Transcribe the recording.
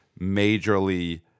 majorly